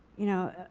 you know.